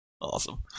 Awesome